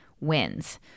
wins